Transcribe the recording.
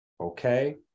Okay